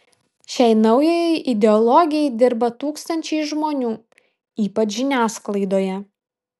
šiai naujajai ideologijai dirba tūkstančiai žmonių ypač žiniasklaidoje